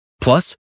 Plus